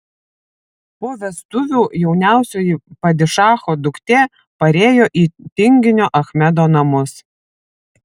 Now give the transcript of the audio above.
po vestuvių jauniausioji padišacho duktė parėjo į tinginio achmedo namus